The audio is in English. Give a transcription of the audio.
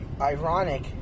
ironic